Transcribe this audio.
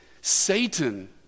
Satan